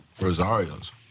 Rosario's